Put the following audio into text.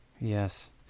Yes